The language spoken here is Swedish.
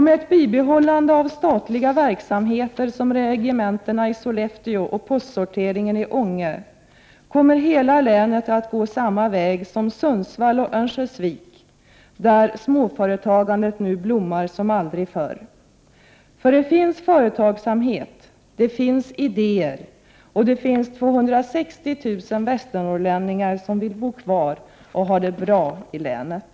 Med ett bibehållande av statliga verksamheter som regementen i Sollefteå och postsorteringen i Ånge kommer hela länet att gå samma väg som Sundsvall och Örnsköldsvik, där småföretagandet blomstrar som aldrig förr. Det finns företagsamhet, det finns idéer och det finns 260 000 västernorrlänningar som bor kvar och har det bra i länet.